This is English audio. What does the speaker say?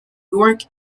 york